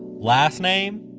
last name?